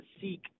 seek